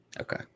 Okay